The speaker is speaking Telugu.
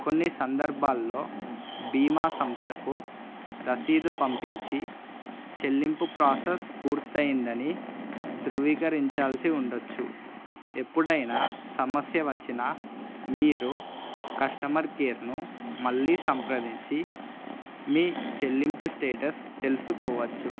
కొన్ని సందర్భాల్లో బీమా సంస్థకు రసీదు పంపించి చెల్లింపు ప్రాసెస్ పూర్తయిందని ధృవీకరించాల్సి ఉండవచ్చు ఎప్పుడైనా సమస్య వచ్చిన మీరు కస్టమర్ కేర్ను మళ్ళీ సంప్రదించి మీ చెల్లింపు స్టేటస్ తెలుసుకోవచ్చు